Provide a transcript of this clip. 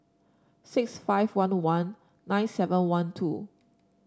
six five one one nine seven one two